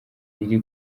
riri